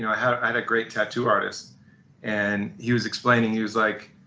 i had a great tattoo artist and he was explaining he was like,